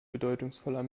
bedeutungsvoller